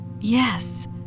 Yes